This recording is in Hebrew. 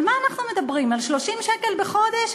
על מה אנחנו מדברים, על 30 שקל בחודש?